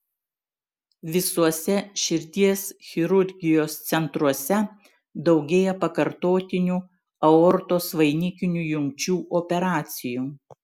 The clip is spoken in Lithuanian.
visuose širdies chirurgijos centruose daugėja pakartotinių aortos vainikinių jungčių operacijų